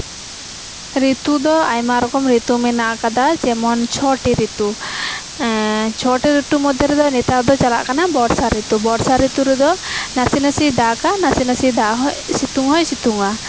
ᱨᱤᱛᱩ ᱫᱚ ᱟᱭᱢᱟ ᱨᱚᱠᱚᱢ ᱨᱤᱛᱩ ᱢᱮᱱᱟᱜ ᱟᱠᱟᱫᱟ ᱡᱮᱢᱚᱱ ᱪᱷᱚᱴᱤ ᱨᱤᱛᱩ ᱪᱷᱚᱴᱤ ᱨᱤᱛᱩ ᱢᱚᱫᱽ ᱨᱮᱫᱚ ᱱᱮᱛᱟᱨ ᱫᱚ ᱪᱟᱞᱟᱜ ᱠᱟᱱᱟ ᱵᱚᱨᱥᱟ ᱨᱤᱛᱩ ᱵᱚᱨᱥᱟ ᱨᱤᱛᱩ ᱨᱮᱫᱚ ᱱᱟᱥᱮ ᱱᱟᱥᱮ ᱫᱟᱜᱟ ᱱᱟᱥᱮ ᱱᱟᱥᱮ ᱥᱤᱛᱩᱝ ᱦᱚᱭ ᱥᱤᱛᱩᱝᱟ